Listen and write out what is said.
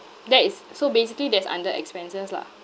that is so basically that's under expenses lah